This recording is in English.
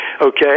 Okay